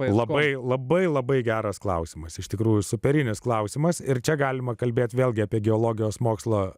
labai labai labai geras klausimas iš tikrųjų superinis klausimas ir čia galima kalbėti vėlgi apie geologijos mokslo